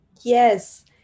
Yes